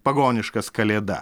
pagoniškas kalėda